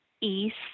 east